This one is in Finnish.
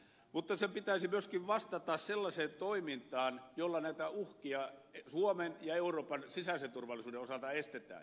mutta sen pitäisi myöskin vastata sellaiseen toimintaan jolla näitä uhkia suomen ja euroopan sisäisen turvallisuuden osalta estetään